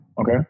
Okay